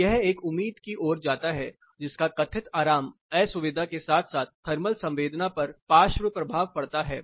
तो यह एक उम्मीद की ओर जाता है जिसका कथित आराम असुविधा के साथ साथ थर्मल संवेदना पर पार्श्व प्रभाव पड़ता है